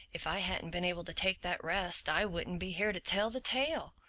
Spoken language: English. if i hadn't been able to take that rest i wouldn't be here to tell the tale.